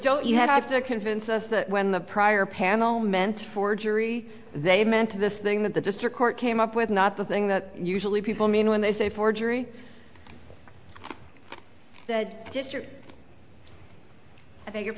don't you have to convince us that when the prior panel meant forgery they meant to this thing that the district court came up with not the thing that usually people mean when they say forgery that